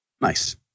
Nice